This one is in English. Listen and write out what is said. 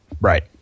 Right